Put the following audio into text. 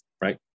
right